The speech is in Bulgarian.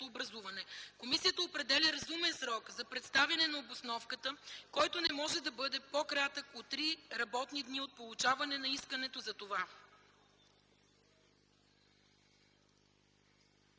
образуване. Комисията определя разумен срок за представяне на обосновката, който не може да бъде по-кратък от три работни дни от получаване на искането за това.”